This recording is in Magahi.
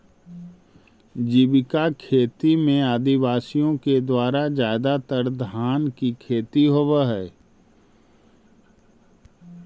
जीविका खेती में आदिवासियों के द्वारा ज्यादातर धान की खेती होव हई